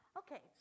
okay